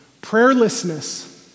Prayerlessness